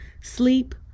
sleep